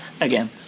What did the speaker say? Again